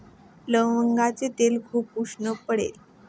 लवंगाचे तेल खूप उष्ण पडते